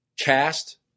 Cast